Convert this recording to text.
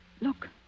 Look